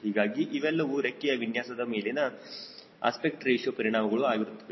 ಹೀಗಾಗಿ ಇವೆಲ್ಲವೂ ರೆಕ್ಕೆಯ ವಿನ್ಯಾಸದ ಮೇಲಿನ ಅಸ್ಪೆಕ್ಟ್ ರೇಶಿಯೋ ಪರಿಣಾಮಗಳು ಆಗಿರುತ್ತವೆ